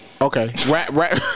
Okay